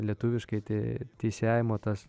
lietuviškai tai teisėjavimo tas